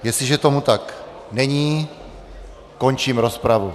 Jestliže tomu tak není, končím rozpravu.